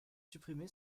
supprimer